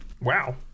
Wow